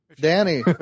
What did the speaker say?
Danny